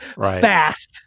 fast